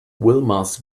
wilma’s